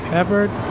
Peppered